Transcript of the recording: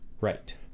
Right